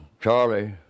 Charlie